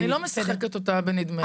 אני לא משחקת אותה בנדמה לי.